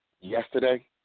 yesterday